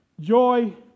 Joy